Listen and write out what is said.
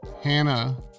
Hannah